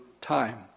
time